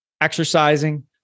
exercising